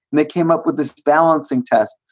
they came up with this balancing test.